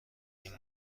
این